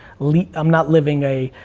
like i'm not living a,